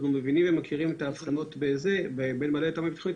אנחנו מבינים ומכירים את האבחנות בין בעלי התאמה ביטחונית.